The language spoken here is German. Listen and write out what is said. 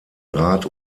rat